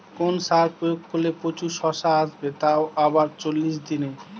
কোন সার প্রয়োগ করলে প্রচুর শশা আসবে তাও আবার চল্লিশ দিনে?